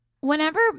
whenever